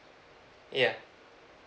yeuh